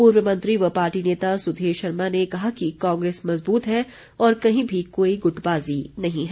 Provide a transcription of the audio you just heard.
पूर्व मंत्री व पार्टी नेता सुधीर शर्मा ने कहा कि कांग्रेस मज़बूत है और कहीं भी कोई गुटबाज़ी नहीं है